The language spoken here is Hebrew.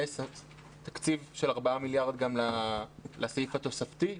יהיה תקציב של ארבעה מיליארד שקלים לסעיף התוספתי,